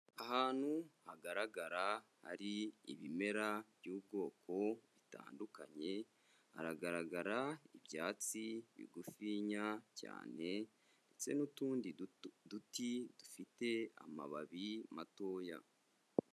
Ahantu hagaragara hari ibimera by'ubwoko bitandukanye, hagaragara ibyatsi bigufinya cyane ndetse n'utundi duti dufite amababi matoya.